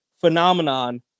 phenomenon